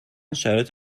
شرایط